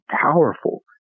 powerful